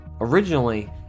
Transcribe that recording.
Originally